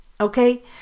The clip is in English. okay